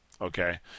Okay